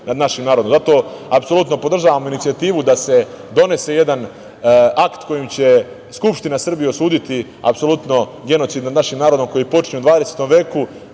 Zato apsolutno podržavam inicijativu da se donese jedan akt kojim će Skupština Srbije osuditi apsolutno genocid nad našim narodom koji je počinjen u 20 veku.